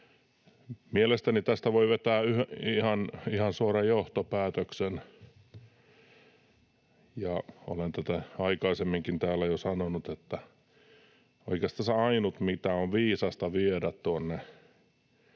Mielestäni tästä voi vetää ihan suoran johtopäätöksen, ja olen tätä aikaisemminkin täällä jo sanonut, että oikeastaan se ainut, mitä on viisasta viedä näihin,